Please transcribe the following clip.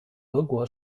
俄国